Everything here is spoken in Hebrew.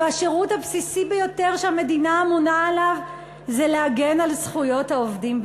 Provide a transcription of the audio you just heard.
והשירות הבסיסי ביותר שהמדינה אמונה עליו זה להגן על זכויות העובדים.